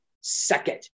second